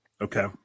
Okay